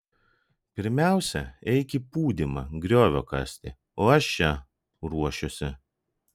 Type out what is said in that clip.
pirmiausia eik į pūdymą griovio kasti o aš čia ruošiuosi